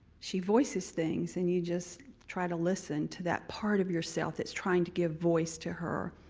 she voices things and you just try to listen to that part of yourself that's trying to give voice to her.